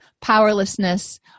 powerlessness